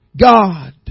God